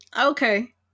Okay